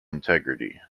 integrity